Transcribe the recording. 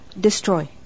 destroy